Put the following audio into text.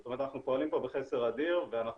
זאת אומרת אנחנו פועלים פה בחסר אדיר ואנחנו